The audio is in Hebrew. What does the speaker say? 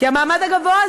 כי המעמד הגבוה,